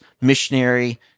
missionary